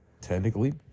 technically